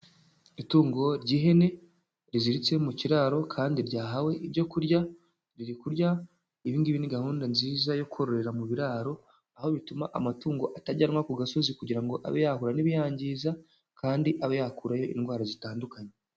Itungo ry'ihene riziritse mu kiraro kandi ryahawe ibyo kurya riri kurya. Ibingibi ni gahunda nziza yo kororera mu biraro, aho bituma amatungo atajyanwa ku gasozi kugira ngo abe yahura n'ibiyangiza kandi aba yakurayo indwara zitandukanye.